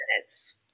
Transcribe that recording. minutes